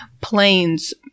planes